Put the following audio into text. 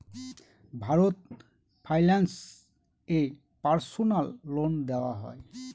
Bharat finance এ personal loan দেওয়া হয়?